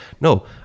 No